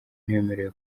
ntibemerewe